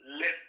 Let